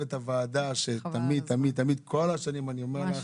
את הוועדה שתמיד כל השנים אני אומר לך,